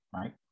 Right